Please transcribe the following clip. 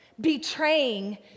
betraying